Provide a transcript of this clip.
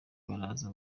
baraza